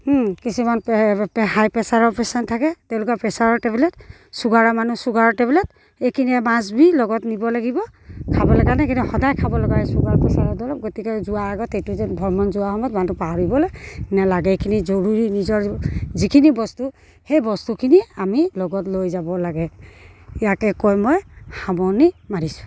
কিছুমান হাই প্ৰেছাৰৰ পেচেণ্ট থাকে তেওঁলোকৰ প্ৰেছাৰৰ টেবলেট চুগাৰৰ মানুহ ছুগাৰৰ টেবলেট এইখিনিয়ে মাষ্ট বি লগত নিব লাগিব খাবলৈ কাৰণে কিন্তু সদায় খাব লগা হয় ছুগাৰ প্ৰেছাৰৰ দৰৱ গতিকে যোৱাৰ আগত এইটো যেন ভ্ৰমণ যোৱা সময়ত মানুহটো পাহৰিবলৈ নেলাগে এইখিনি জৰুৰী নিজৰ যিখিনি বস্তু সেই বস্তুখিনি আমি লগত লৈ যাব লাগে ইয়াকে কৈ মই সামৰণি মাৰিছোঁ